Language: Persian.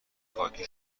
خاکی